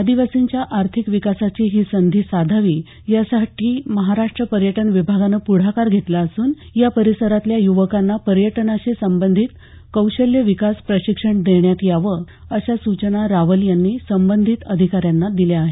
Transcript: आदिवासींच्या आर्थिक विकासाची ही संधी साधावी यासाठी महाराष्ट्र पर्यटन विभागानं पुढाकार घेतला असून या परिसरातल्या युवकांना पर्यटनाशी संबंधित कौशल्य विकास प्रशिक्षण देण्यात यावं अशा सूचना रावल यांनी संबंधित अधिकाऱ्यांना दिल्या आहेत